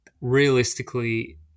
realistically